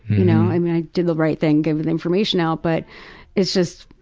you know. and i did the right thing, gave the information out, but it's just,